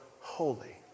holy